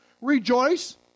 Rejoice